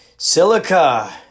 Silica